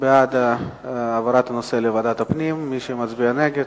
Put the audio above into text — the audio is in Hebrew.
בעד העברת הנושא לוועדת הפנים, מי שמצביע נגד,